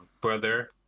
brother